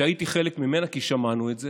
שהייתי חלק ממנה, כי שמענו את זה,